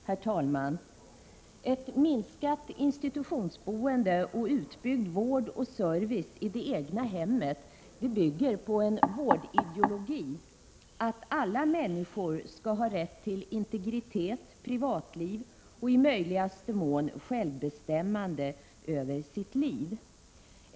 Herr talman! Ett minskat institutionsboende och utbyggd vård och service i det egna hemmet bygger på en vårdideologi om att alla människor skall ha rätt till integritet, privatliv och i möjligaste mån självbestämmande över sitt liv.